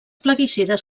plaguicides